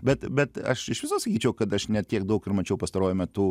bet bet aš iš viso sakyčiau kad aš ne tiek daug ir mačiau pastaruoju metu